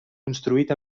construït